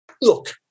Look